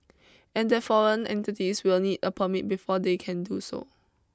and that foreign entities will need a permit before they can do so